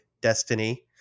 Destiny